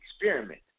experiment